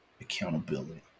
accountability